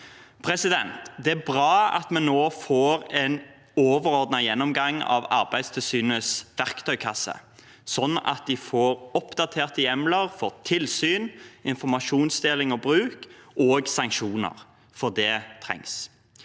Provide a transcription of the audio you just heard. saken. Det er bra at vi nå får en overordnet gjennomgang av Arbeidstilsynets verktøykasse, sånn at de får oppdaterte hjemler for tilsyn, informasjonsdeling og -bruk og sanksjoner, for det trengs.